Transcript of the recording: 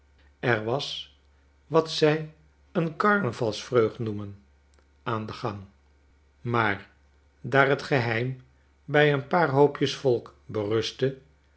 er was wat zij een garnavalsvreugd noemen aan den gang maar daar het geheim by een paar hoopjes volk berustte